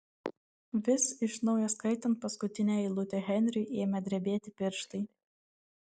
vis iš naujo skaitant paskutinę eilutę henriui ėmė drebėti pirštai